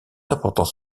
importants